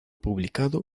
publicado